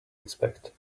expect